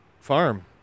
farm